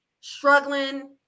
struggling